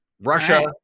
russia